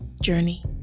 journey